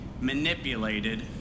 manipulated